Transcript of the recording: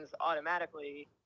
automatically